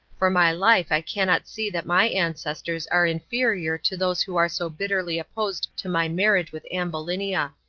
for my life i cannot see that my ancestors are inferior to those who are so bitterly opposed to my marriage with ambulinia.